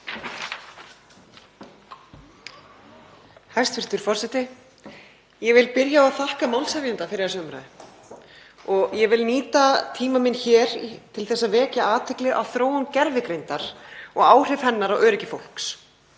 Hæstv. forseti. Ég vil byrja á að þakka málshefjanda fyrir þessa umræðu. Ég vil nýta tíma minn hér til að vekja athygli á þróun gervigreindar og áhrifum hennar á öryggi fólks.